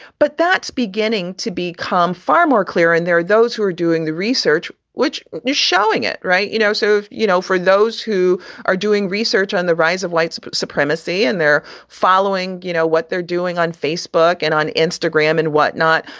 but that's beginning to become far more clear. and there are those who are doing the research, which is showing it. right. you know, so, you know, for those who are doing research on the rise of white supremacy and they're following, you know, what they're doing on facebook and on instagram and whatnot,